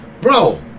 bro